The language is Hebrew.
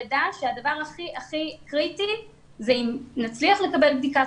ידע שהדבר הכי קריטי זה אם נצליח לקבל בדיקת